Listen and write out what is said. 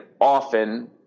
often